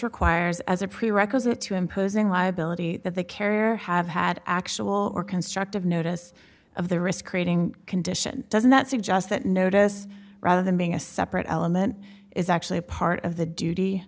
requires as a prerequisite to imposing liability that the carrier have had actual or constructive notice of the risk creating condition doesn't that suggest that notice rather than being a separate element is actually part of the duty